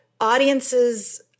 audiences